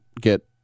get